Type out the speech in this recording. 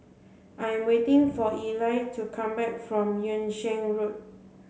I'm waiting for Ely to come back from Yung Sheng Road